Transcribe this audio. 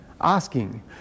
asking